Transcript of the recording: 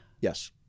Yes